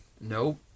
Nope